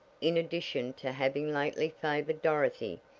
in addition to having lately favored dorothy,